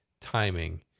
timing